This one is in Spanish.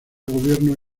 gobierno